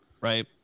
right